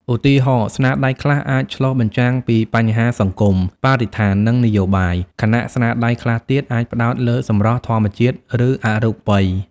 ឧទាហរណ៍ ស្នាដៃខ្លះអាចឆ្លុះបញ្ចាំងពីបញ្ហាសង្គម បរិស្ថាន ឬនយោបាយ ខណៈស្នាដៃខ្លះទៀតអាចផ្តោតលើសម្រស់ធម្មជាតិ ឬអរូបី។